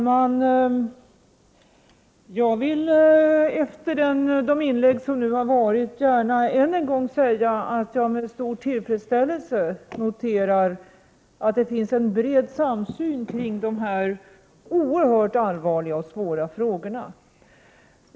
Herr talman! Efter dessa inlägg vill jag än en gång gärna säga att jag med stor tillfredsställelse noterar att det finns en bred samsyn kring dessa oerhört allvarliga och svåra frågor.